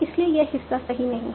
इसलिए यह हिस्सा सही नहीं है